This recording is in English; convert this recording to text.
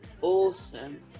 awesome